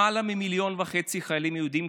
למעלה ממיליון וחצי חיילים יהודים,